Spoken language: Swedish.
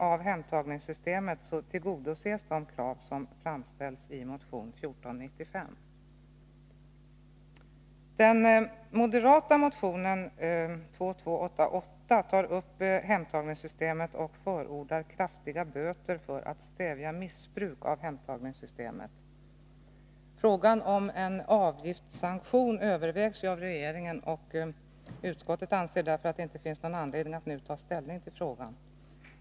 I den moderata motionen 2288 tar man upp hemtagningssystemet och förordar kraftiga böter för att stävja missbruk av hemtagningssystemet. Frågan om en avgiftssanktion övervägs av regeringen, och utskottet anser därför att det inte finns anledning att nu ta ställning till frågan.